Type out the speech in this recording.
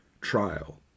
trial